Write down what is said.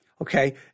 Okay